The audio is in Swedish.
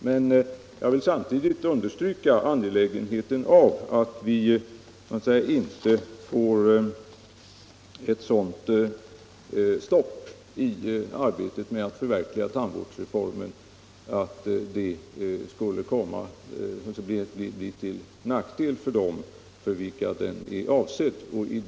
Men jag vill samtidigt understryka det angelägna i att det inte blir ett sådant stopp i arbetet på att förverkliga tandvårdsreformen att det blir till nackdel för dem för vilka den är avsedd.